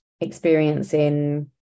experiencing